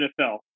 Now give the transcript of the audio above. NFL